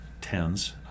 TENS